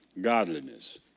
godliness